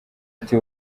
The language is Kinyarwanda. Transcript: ati